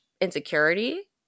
insecurity